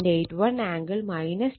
81 angle 21